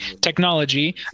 technology